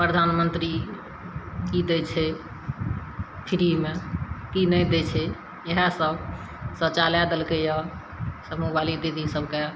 प्रधानमन्त्री कि दै छै फ्रीमे कि नहि दै छै इएहसब शौचालय देलकै यऽ समूहवाली दीदी सभकेँ